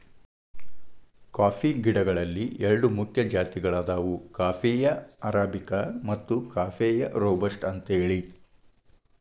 coffee ಗಿಡಗಳಲ್ಲಿ ಎರಡು ಮುಖ್ಯ ಜಾತಿಗಳದಾವ ಕಾಫೇಯ ಅರಾಬಿಕ ಮತ್ತು ಕಾಫೇಯ ರೋಬಸ್ಟ ಅಂತೇಳಿ